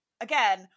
Again